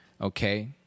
Okay